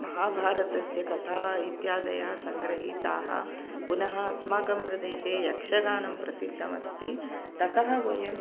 महाभारतस्य कथाः इत्यादयः सङ्ग्रहीताः पुनः अस्माकं प्रदेशे यक्षगानं प्रसिद्धम् अस्ति ततः वयम्